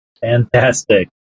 fantastic